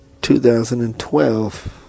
2012